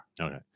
Okay